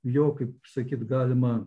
jo kaip sakyt galima